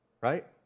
right